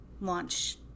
launch